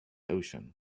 ocean